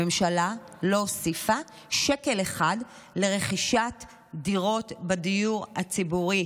הממשלה לא הוסיפה שקל אחד לרכישת דירות בדיור הציבורי,